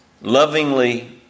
lovingly